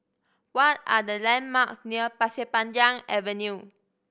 what are the landmarks near Pasir Panjang Avenue